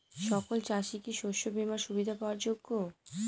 সকল চাষি কি শস্য বিমার সুবিধা পাওয়ার যোগ্য?